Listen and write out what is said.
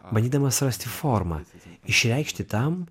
bandydamas rasti formą išreikšti tam